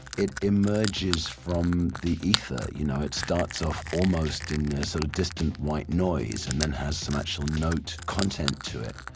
it emerges from the ether, you know? it starts off almost in a sort of distant white noise and then has some actual note content to it.